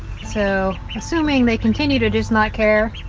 so assuming they continue to just not care